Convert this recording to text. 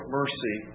mercy